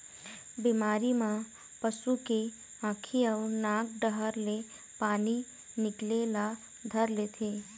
बिमारी म पशु के आँखी अउ नाक डहर ले पानी निकले ल धर लेथे